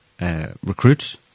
recruits